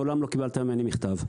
מעולם לא קיבלת ממני מכתב.